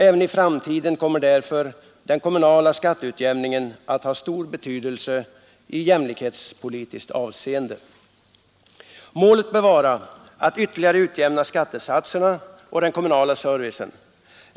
Även i framtiden kommer därför den kommunala skatteutjämningen att ha stor betydelse i jämlikhetspolitiskt avseende. Målet bör vara att ytterligare utjämna skattesatserna och den kommunala servicen.